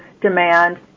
demand